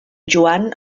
joan